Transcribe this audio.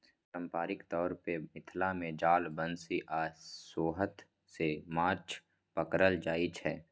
पारंपरिक तौर मे मिथिला मे जाल, बंशी आ सोहथ सँ माछ पकरल जाइ छै